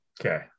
Okay